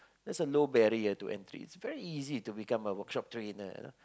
there's a low barrier to entry it's very easy to become a workshop trainer you know